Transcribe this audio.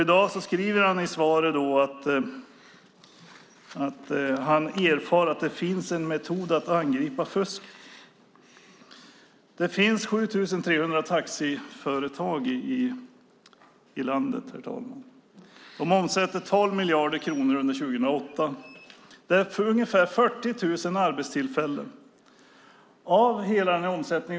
I dag säger finansministern i sitt svar att han har erfarit att det finns en metod för att angripa fusket. Det finns, herr talman, 7 300 taxiföretag i vårt land. Omsättningen var 12 miljarder kronor år 2008. Ungefär 40 000 arbetstillfällen handlar det om.